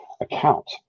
account